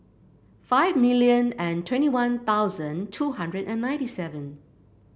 five million and twenty One Thousand two hundred and ninety seven